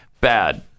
bad